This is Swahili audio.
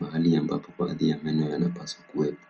mahali ambapo baadhi ya meno yanapaswa kuwepo.